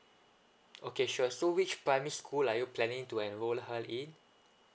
okay sure so which primary school are you planning to enroll her in